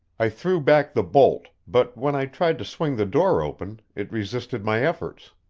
i threw back the bolt, but when i tried to swing the door open it resisted my efforts.